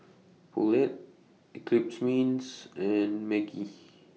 Poulet Eclipse Mints and Maggi